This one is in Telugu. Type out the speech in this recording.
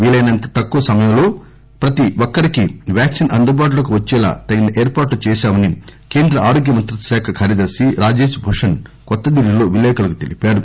వీలైనంత తక్కువ సమయంలో ప్రతి ఒక్కరికీ వ్యాక్సీన్ అందుబాటులోకి వచ్చేలా తగిన ఏర్పాట్లు చేశామని కేంద్ర ఆరోగ్య మంత్రిత్వ శాఖ కార్యదర్శి రాజేష్ భూషణ్ కొత్తడిల్లీలో విలేకరులకు తెలిపారు